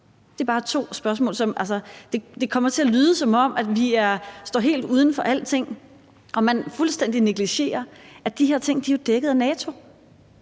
Det er bare to spørgsmål. Det kommer til at lyde, som om vi står helt uden for alting og man fuldstændig negligerer, at de her ting jo er dækket af NATO.